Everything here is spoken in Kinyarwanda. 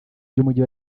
ry’umujyi